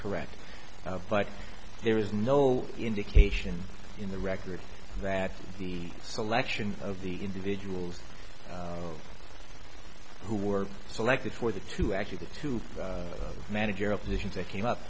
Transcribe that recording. correct but there is no indication in the record that the selection of the individuals who were selected for the two actually the two managerial positions that came up